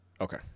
okay